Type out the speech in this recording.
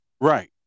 Right